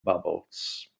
bubbles